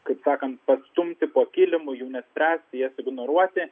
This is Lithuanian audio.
kaip sakant pastumti po kilimu jų nespręsti jas ignoruoti